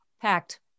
packed